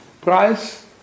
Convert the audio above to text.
price